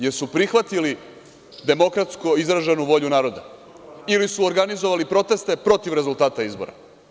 Jesu li prihvatili demokratsko izraženu volju naroda ili su organizovali proteste protiv rezultata izbora?